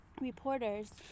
reporters